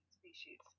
species